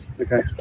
Okay